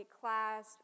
class